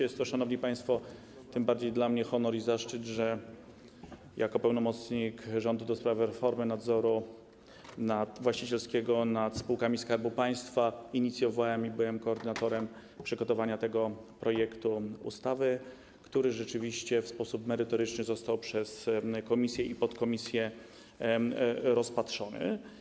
Jest to, szanowni państwo, tym bardziej dla mnie honor i zaszczyt, że jako pełnomocnik rządu do spraw reformy nadzoru właścicielskiego nad spółkami Skarbu Państwa inicjowałem i byłem koordynatorem przygotowania tego projektu ustawy, który rzeczywiście w sposób merytoryczny został przez komisję i podkomisję rozpatrzony.